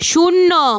শূন্য